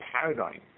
paradigm